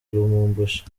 lubumbashi